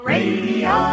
Radio